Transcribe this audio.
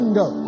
go